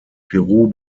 peru